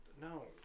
No